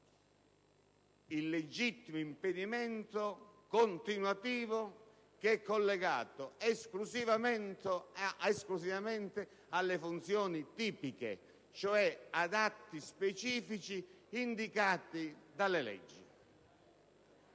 il legittimo impedimento continuativo collegato esclusivamente alle funzioni tipiche, cioè ad atti specifici indicati dalle leggi.